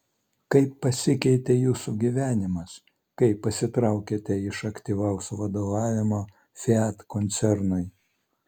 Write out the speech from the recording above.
kaip pasikeitė jūsų gyvenimas kai pasitraukėte iš aktyvaus vadovavimo fiat koncernui